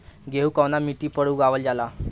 गेहूं कवना मिट्टी पर उगावल जाला?